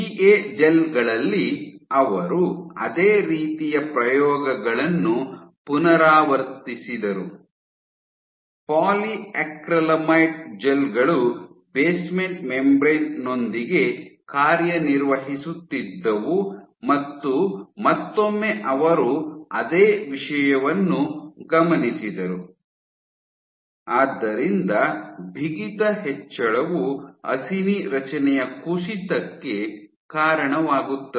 PA gel ಗಳಲ್ಲಿ ಅವರು ಅದೇ ರೀತಿಯ ಪ್ರಯೋಗಗಳನ್ನು ಪುನರಾವರ್ತಿಸಿದರು ಪಾಲಿಯಾಕ್ರಿಲಾಮೈಡ್ ಜೆಲ್ ಗಳು ಬೇಸ್ಮೆಂಟ್ ಮೆಂಬ್ರೇನ್ ಯೊಂದಿಗೆ ಕಾರ್ಯನಿರ್ವಹಿಸುತ್ತಿದ್ದವು ಮತ್ತು ಮತ್ತೊಮ್ಮೆ ಅವರು ಅದೇ ವಿಷಯವನ್ನು ಗಮನಿಸಿದರು ಆದ್ದರಿಂದ ಬಿಗಿತ ಹೆಚ್ಚಳವು ಅಸಿನಿ ರಚನೆಯ ಕುಸಿತಕ್ಕೆ ಕಾರಣವಾಗುತ್ತದೆ